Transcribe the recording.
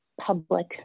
public